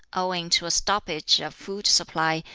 owing to a stoppage of food supply,